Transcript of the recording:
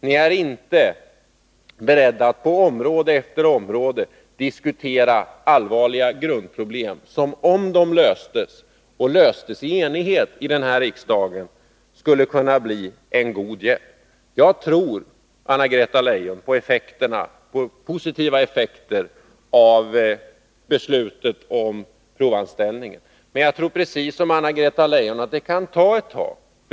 Ni är på område efter område inte beredda att diskutera allvarliga grundproblem. Om de löstes i enighet i denna riksdag skulle det kunna bli till god hjälp. Jag tror, Anna-Greta Leijon, på positiva effekter av beslutet om provanställningar. Men som Anna-Greta Leijon säger kan det ta ett tag.